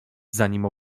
zanim